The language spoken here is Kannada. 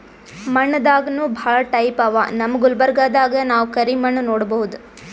ಮಣ್ಣ್ ದಾಗನೂ ಭಾಳ್ ಟೈಪ್ ಅವಾ ನಮ್ ಗುಲ್ಬರ್ಗಾದಾಗ್ ನಾವ್ ಕರಿ ಮಣ್ಣ್ ನೋಡಬಹುದ್